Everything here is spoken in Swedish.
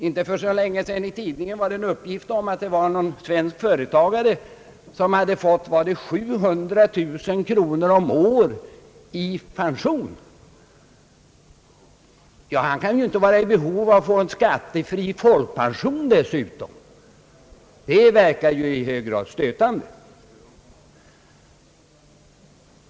För inte så länge sedan kunde man läsa i tidningarna att en svensk företagare fått, jag tror det var 700 000 kronor om året i pension. Ja, han kan ju därtill inte behöva en skattefri folkpension — det skulle verka i hög grad stötande.